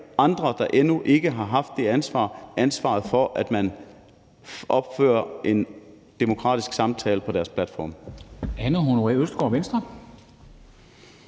der endnu ikke haft det ansvar, ansvaret for, at man fører en demokratisk samtale på deres platforme.